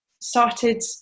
started